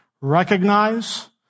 recognize